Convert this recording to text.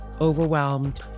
overwhelmed